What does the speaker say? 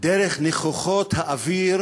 דרך ניחוחות האוויר